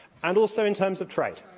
and also in terms of trade.